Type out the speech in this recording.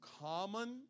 common